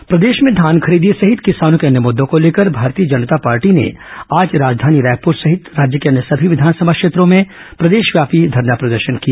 भाजपा प्रदर्शन प्रदेश में धान खरीदी सहित किसानों के अन्य मुद्दों को लेकर भारतीय जनता पार्टी ने आज राजधानी रायपुर सहित राज्य के सभी विधानसभा क्षेत्रों में प्रदेशव्यापी धरना प्रदर्शन किया